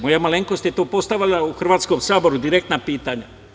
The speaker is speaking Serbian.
Moja malenkost je postavila u Hrvatskom saboru direktna pitanja.